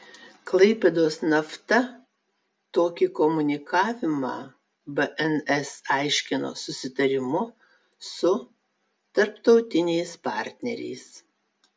klaipėdos nafta tokį komunikavimą bns aiškino susitarimu su tarptautiniais partneriais